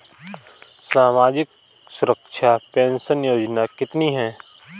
सामाजिक सुरक्षा पेंशन योजना कितनी हैं?